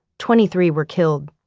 twenty three were killed.